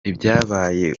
ibyabaye